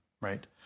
right